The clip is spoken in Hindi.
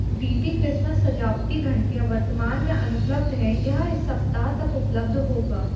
डी पी क्रिसमस सजावटी घंटियाँ वर्तमान में अनुपलब्ध है यह इस सप्ताह तक उपलब्ध होगा